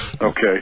Okay